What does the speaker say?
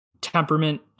temperament